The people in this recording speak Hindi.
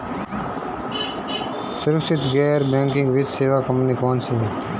सुरक्षित गैर बैंकिंग वित्त सेवा कंपनियां कौनसी हैं?